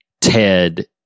Ted